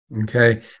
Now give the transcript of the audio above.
okay